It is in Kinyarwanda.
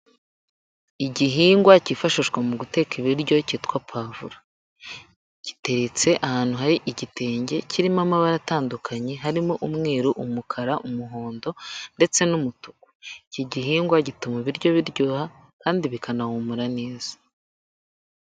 Igihingwa cyifashishwa mu guteka ibiryo cyitwa pavuro. Giteretse ahantu hari igitenge kirimo amabara atandukanye, harimo umweru, umukara, umuhondo ndetse n'umutuku. Iki gihingwa gituma ibiryo biryoha kandi bikanahumura neza.